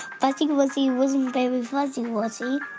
fuzzy wuzzy wasn't very fuzzy, was he?